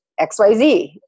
XYZ